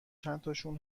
چندتاشون